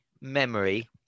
memory